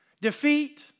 defeat